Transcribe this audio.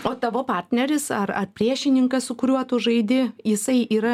o tavo partneris ar ar priešininkas su kuriuo tu žaidi jisai yra